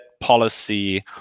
policy